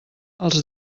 els